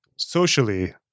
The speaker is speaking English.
Socially